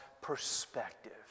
perspective